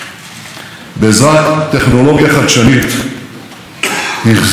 החזירו אבן-אבן למקומן המקורי.